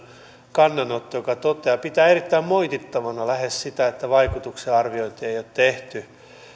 kannanoton joka toteaa pitää erittäin moitittavana lähes sitä että vaikutuksenarviointia ei ole tehty